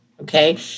okay